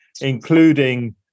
including